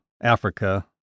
Africa